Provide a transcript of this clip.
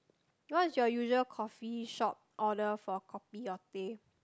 what is your usual coffeeshop order for kopi or teh